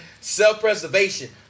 Self-preservation